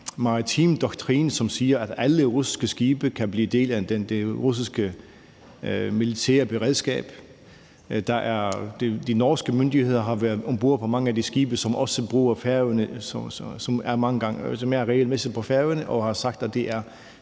maritim doktrin, som siger, at alle russiske skibe kan blive del af det russiske militære beredskab. De norske myndigheder har været om bord på mange af de skibe, som også er regelmæssigt på Færøerne, og har sagt, at det